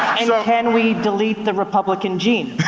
and can we delete the republican gene?